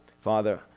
Father